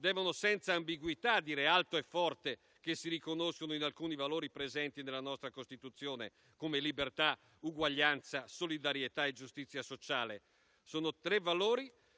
devono senza ambiguità dire alto e forte che si riconoscono in alcuni valori presenti nella nostra Costituzione, come libertà, uguaglianza, solidarietà e giustizia sociale. Sono valori